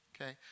okay